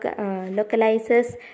localizes